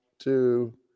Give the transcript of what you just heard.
two